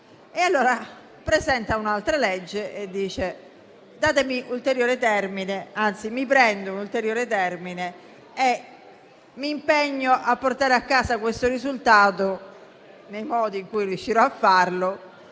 e allora presenta un'altra legge e dice "datemi un ulteriore termine, anzi mi prendo un ulteriore termine e mi impegno a portare a casa questo risultato, nei modi in cui riuscirò a farlo,